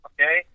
Okay